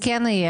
מי נגד?